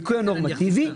הניכוי הנורמטיבי,